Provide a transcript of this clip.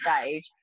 stage